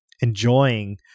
enjoying